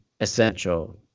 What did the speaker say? essential